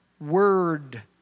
word